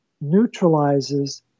neutralizes